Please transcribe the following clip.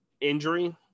injury